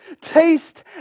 Taste